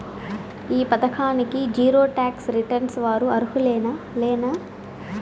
ఈ పథకానికి zero tax returns వారు అర్హులేనా లేనా?